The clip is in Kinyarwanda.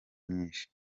nyinshi